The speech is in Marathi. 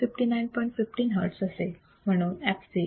15 hertz असेल